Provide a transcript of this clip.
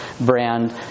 brand